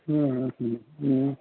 હમ્મ હમ્મ